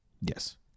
Yes